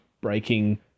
breaking